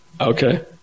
Okay